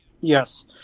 yes